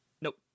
nope